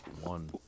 one